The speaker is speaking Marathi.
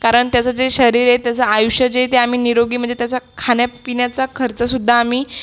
कारण त्याचं जे शरीर आहे त्याचं आयुष्य जे ते आम्ही निरोगी म्हणजे त्याचा खाण्यापिण्याचा खर्च सुद्धा आम्ही